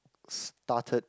started